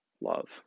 love